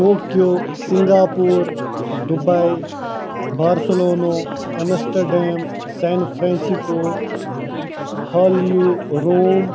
Tokyo Singapore Dubai Barcelona Amsterdam San Francisco ہالیٚو روم